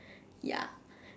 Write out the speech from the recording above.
ya